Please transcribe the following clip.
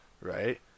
Right